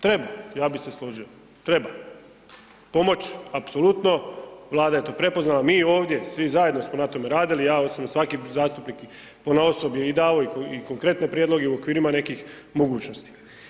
Treba, ja bih se složio, treba, pomoć apsolutno, Vlada je to prepoznala, mi ovdje svi zajedno smo na tome radili i ja osobno i svaki zastupnik ponaosob je davao konkretne prijedloge i u okvirima nekih mogućnosti.